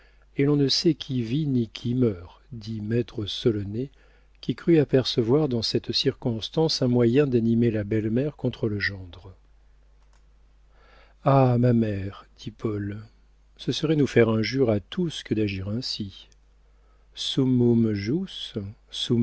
et l'on ne sait qui vit ni qui meurt dit maître solonet qui crut apercevoir dans cette circonstance un moyen d'animer la belle-mère contre le gendre ha ma mère dit paul ce serait nous faire injure à tous que d'agir ainsi